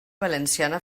valenciana